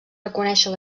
reconèixer